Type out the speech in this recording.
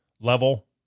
level